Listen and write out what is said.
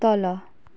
तल